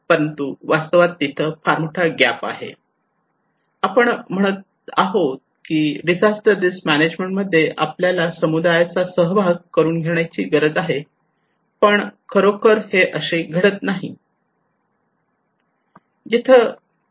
परंतु वास्तवात तिथे फार मोठा गॅप आहे आपण म्हणतो आहोत की डिझास्टर रिस्क मॅनेजमेंट मध्ये आपल्याला समुदायाचा समावेश करून घेण्याची गरज आहे पण खरोखर हे असे घडत नाही